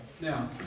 Now